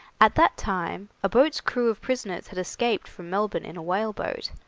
at that time a boat's crew of prisoners had escaped from melbourne in a whale boat,